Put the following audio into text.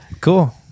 Cool